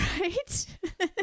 right